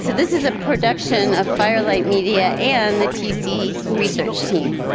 so this is a production of firelight media and the tc research team.